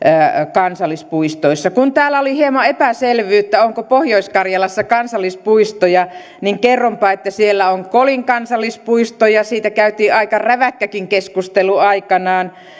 kansallispuistoissa kun täällä oli hieman epäselvyyttä onko pohjois karjalassa kansallispuistoja niin kerronpa että siellä on kolin kansallispuisto ja siitä käytiin aika räväkkäkin keskustelu aikanaan